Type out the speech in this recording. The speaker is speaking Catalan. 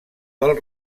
del